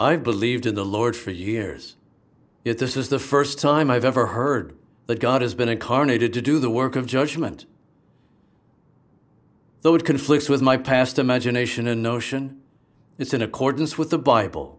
i believed in the lord for years yet this is the st time i've ever heard that god has been a car needed to do the work of judgment though it conflicts with my past imagination a notion it's in accordance with the bible